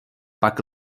pak